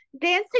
dancing